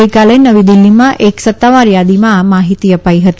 ગઈકાલે નવી દિલ્ફીમાં એક સત્તાવાર યાદીમાં આ માહિતી અપાઈ હતી